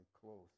close